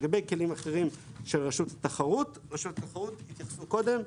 לגבי כלים אחרים של רשות התחרות רשות התחרות התייחסו קודם.